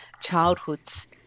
childhoods